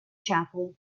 chapel